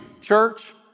church